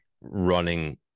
running